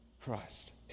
Christ